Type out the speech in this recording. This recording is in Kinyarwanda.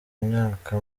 imyaka